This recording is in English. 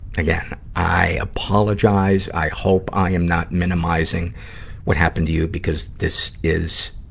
again, i apologize, i hope i am not minimizing what happened to you, because this is,